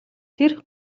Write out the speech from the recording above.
тэр